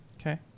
Okay